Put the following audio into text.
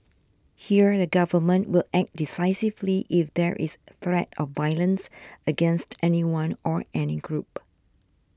here the government will act decisively if there is threat of violence against anyone or any group